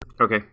okay